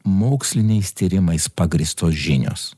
moksliniais tyrimais pagrįstos žinios